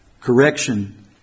correction